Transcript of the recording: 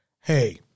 hey